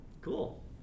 Cool